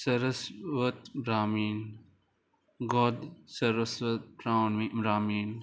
सारस्वत ब्रामीण गोद सरस्वत्रामी ब्रामीण